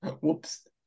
Whoops